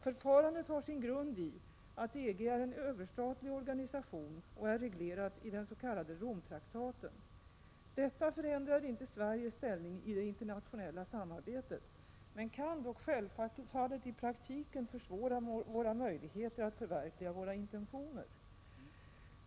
Förfarandet har sin grund i att EG är en överstatlig organisation och är reglerat i den s.k. Romtraktaten. Detta förändrar inte Sveriges ställning i det internationella samarbetet, men kan dock självfallet i praktiken försvåra våra möjligheter att förverkliga våra intentioner.